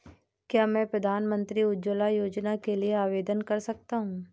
क्या मैं प्रधानमंत्री उज्ज्वला योजना के लिए आवेदन कर सकता हूँ?